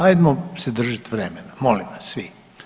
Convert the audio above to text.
Ajdmo se držat vremena molim vas svi.